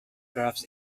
graphs